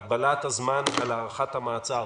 הגבלת הזמן על הארכת המעצר